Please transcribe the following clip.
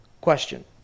question